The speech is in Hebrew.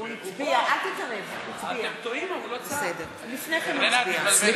אינו נוכח יואל חסון, בעד שלי